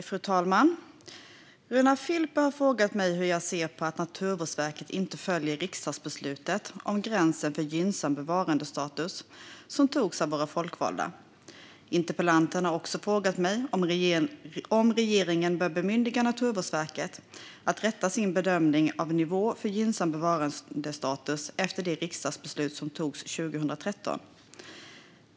Fru talman! Runar Filper har frågat mig hur jag ser på att Naturvårdsverket inte följer riksdagsbeslutet om gränsen för gynnsam bevarandestatus som togs av våra folkvalda. Interpellanten har också frågat mig om regeringen bör bemyndiga Naturvårdsverket att rätta sin bedömning av nivå för gynnsam bevarandestatus efter det riksdagsbeslut som togs 2013.